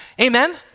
Amen